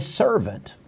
servant